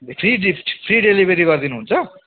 free free delivery गरिदिनुहुन्छ